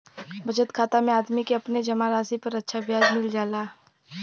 बचत खाता में आदमी के अपने जमा राशि पर अच्छा ब्याज मिल जाला